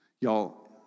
Y'all